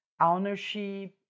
ownership